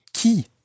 qui